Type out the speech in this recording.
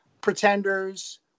Pretenders